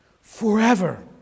Forever